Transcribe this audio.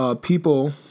people